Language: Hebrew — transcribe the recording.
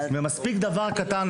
מספיק שיהיה דבר קטן.